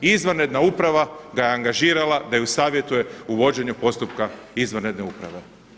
Izvanredna uprava ga je angažirala da ju savjetuje u vođenju postupka izvanredne uprave.